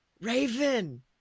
Raven